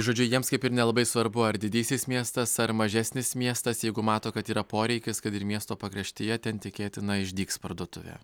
žodžiu jiems kaip ir nelabai svarbu ar didysis miestas ar mažesnis miestas jeigu mato kad yra poreikis kad ir miesto pakraštyje ten tikėtina išdygs parduotuvė